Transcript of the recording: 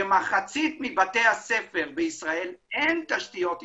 במחצית מבתי הספר בישראל אין תשתיות אינטרנט.